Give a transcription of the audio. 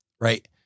right